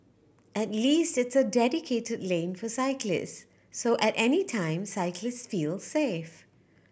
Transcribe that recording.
at least it's a dedicated lane for cyclists so at any time cyclists feel safe